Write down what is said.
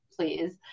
please